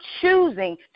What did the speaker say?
choosing